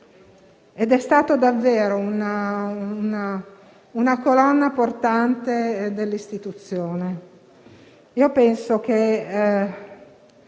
ed è stato davvero una colonna portante delle istituzioni.